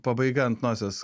pabaiga ant nosies